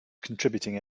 contributing